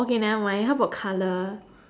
okay nevermind how about color